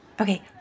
Okay